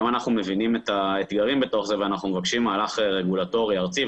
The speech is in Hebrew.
גם אנחנו מבינים את האתגרים בתוך זה ואנחנו מבקשים מהלך רגולטורי ארצי.